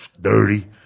dirty